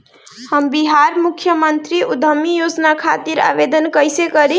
हम बिहार मुख्यमंत्री उद्यमी योजना खातिर आवेदन कईसे करी?